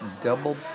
double